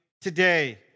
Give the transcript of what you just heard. today